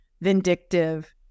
vindictive